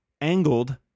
angled